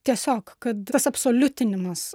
tiesiog kad tas absoliutinimas